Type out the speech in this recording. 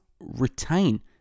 retain